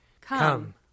Come